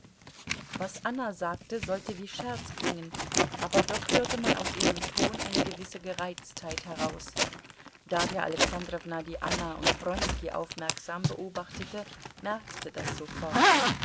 was anna sagte sollte wie scherz klingen aber doch hörte man aus ihrem ton eine gewisse gereiztheit heraus darja alexandrowna die anna und wronski aufmerksam beobachtete merkte das sofort